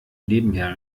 nebenher